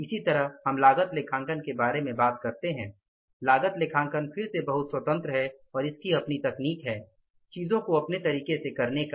इसी तरह हम लागत लेखांकन के बारे में बात करते हैं लागत लेखांकन फिर से बहुत स्वतंत्र है और इसकी अपनी तकनीक है चीजों को अपने तरीके से करने का